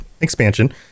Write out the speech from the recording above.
expansion